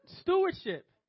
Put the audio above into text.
Stewardship